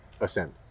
ascend